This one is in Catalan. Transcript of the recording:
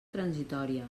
transitòria